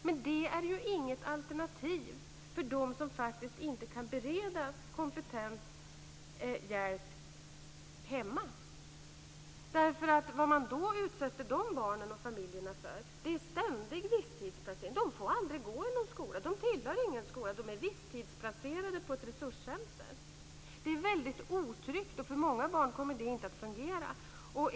Det här är dock inget alternativ för dem som faktiskt inte kan beredas kompetent hjälp hemma. Vad man då utsätter de barnen och familjerna för är ständig visstidsplacering. De får aldrig gå i någon skola. De tillhör ingen skola, utan de är visstidsplacerade på ett resurscenter. Detta är väldigt otryggt och för många barn kommer det inte att fungera.